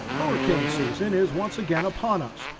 hurricane season is once again upon us.